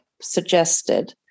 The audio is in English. suggested